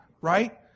right